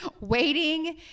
waiting